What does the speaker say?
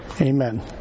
Amen